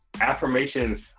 affirmations